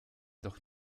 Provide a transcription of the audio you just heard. doch